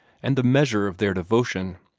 and the measure of their devotion.